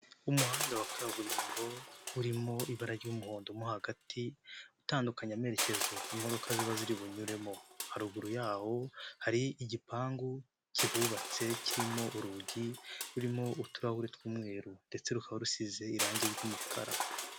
Umuhanda wa kaburimbo, urimo ibara ry'umuhondo mo hagati, utandukanya amerekezo imodoka ziba ziri bunyuremo, haruguru yaho hari igipangu kihubatse, kirimo urugi rurimo uturahuri tw'umweru ndetse rukaba rusize irangi ry'umukara.